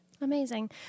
amazing